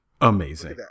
Amazing